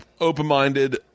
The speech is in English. open-minded